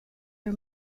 her